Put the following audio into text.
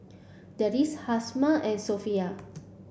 Deris Hafsa and Sofea